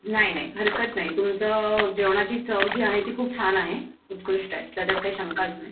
नाही नाही हरकत नाही तुमचं जेवणाची चव जी आहे ती खूप छान आहे उत्कृष्ट आहे त्याच्यात काही शंकाच नाही